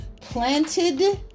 planted